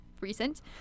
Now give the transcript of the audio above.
recent